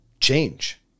change